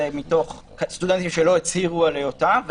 הם סטודנטים שלא הצהירו על היותם אנשים עם מוגבלות,